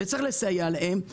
וצריך לסייע להם.